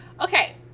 Okay